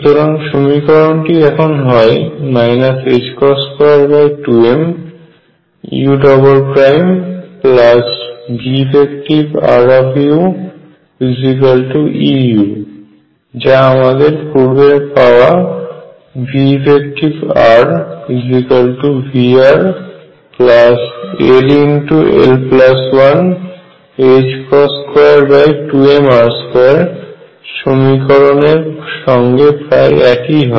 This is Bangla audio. সুতরাং সমীকরণটি এখন হয় 22m uveffuEu যা আমাদের পূর্বের পাওয়া veffrVrll122mr2 সমীকরণ এর সঙ্গে প্রায় একই হয়